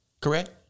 Correct